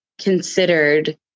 considered